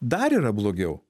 dar yra blogiau